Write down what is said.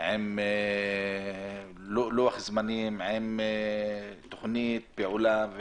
עם לוח זמנים, עם תכנית פעולה.